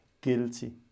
guilty